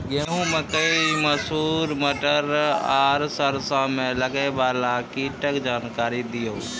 गेहूँ, मकई, मसूर, मटर आर सरसों मे लागै वाला कीटक जानकरी दियो?